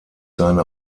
seine